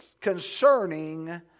concerning